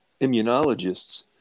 immunologists